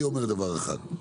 אני אומר דבר אחד,